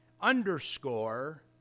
underscore